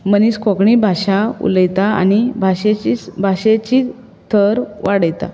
मनीस कोंकणी भाशा उलयता आनी भाशेची थर वाडयता